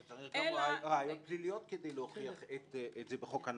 צריך ראיות פליליות כדי להוכיח את זה בחוק הנכבה.